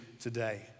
today